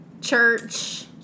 Church